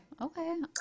okay